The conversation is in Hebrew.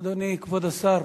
אדוני כבוד השר,